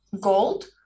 gold